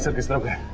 this number.